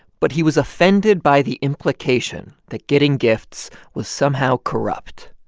but he was offended by the implication that getting gifts was somehow corrupt.